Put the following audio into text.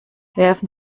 werfen